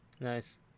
Nice